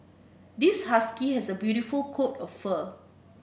this husky has a beautiful coat of fur